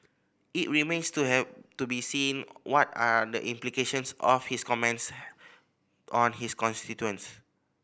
it remains to have to be seen what are the implications of his comments on his constituents